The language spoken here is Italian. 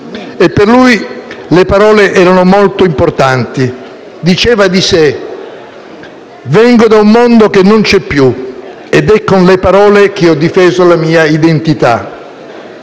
Per lui le parole erano molto importanti. Diceva di sé: «Vengo da un mondo che non c'è più ed è con le parole che ho difeso la mia identità».